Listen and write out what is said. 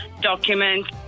documents